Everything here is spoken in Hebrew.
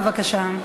בבקשה.